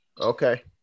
Okay